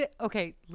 okay